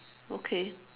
okay